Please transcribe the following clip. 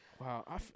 Wow